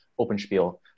OpenSpiel